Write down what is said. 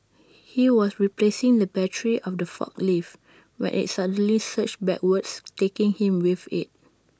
he was replacing the battery of the forklift when IT suddenly surged backwards taking him with IT